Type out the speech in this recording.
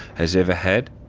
has ever had.